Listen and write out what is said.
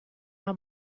una